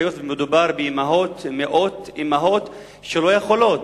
היות שמדובר במאות אמהות שלא יכולות,